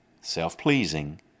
self-pleasing